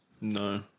No